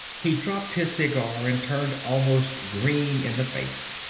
he dropped his cigar and turned almost green in the face.